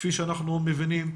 כפי שאנחנו מבינים,